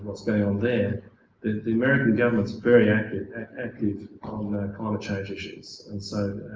what's going on there the american governments are very active active um climate change issues and so